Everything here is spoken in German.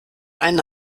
einen